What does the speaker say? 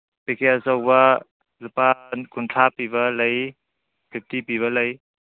ꯄꯤꯀꯦꯠ ꯑꯆꯧꯕ ꯂꯨꯄꯥ ꯀꯨꯟꯊ꯭ꯔꯥ ꯄꯤꯕ ꯂꯩ ꯐꯤꯞꯇꯤ ꯄꯤꯕ ꯂꯩ